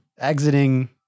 exiting